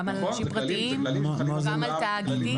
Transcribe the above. גם על אנשים פרטיים, גם על תאגידים.